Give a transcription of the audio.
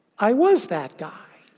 i was that guy!